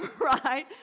right